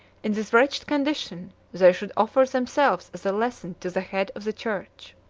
in this wretched condition, they should offer themselves as a lesson to the head of the church.